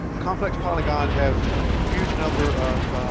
complex polygons have huge number of